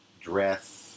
dress